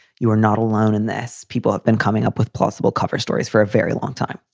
you are not alone in this people have been coming up with possible cover stories for a very long time,